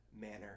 manner